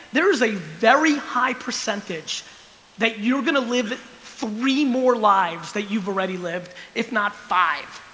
there is a very high percentage that you're gonna live three more lives that you've already lived if not five